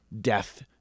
Death